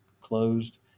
closed